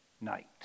night